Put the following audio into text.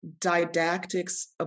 didactics